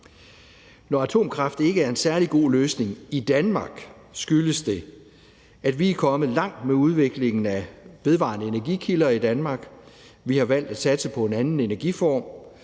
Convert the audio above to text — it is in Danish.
Når atomkraft ikke er en særlig god løsning i Danmark, skyldes det, at vi er kommet langt med udviklingen af vedvarende energikilder i Danmark. Vi har valgt at satse på en anden energiform.